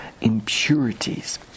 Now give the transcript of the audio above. impurities